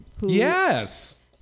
Yes